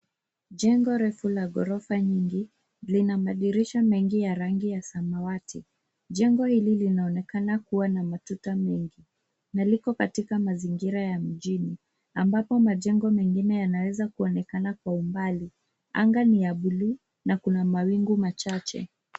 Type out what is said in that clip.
Jengo refu la gorofa nyingi lina madirisha mengi ya rangi ya samawati. Jengo hili linaonekana kuwa na matuta mengi na liko katika mazingira ya mjini ambapo majengo mengine yanaweza kuonekana kwa umbali. Anga ni ya bluu na kuna mawingu machache.